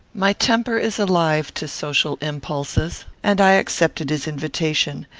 my temper is alive to social impulses, and i accepted his invitation,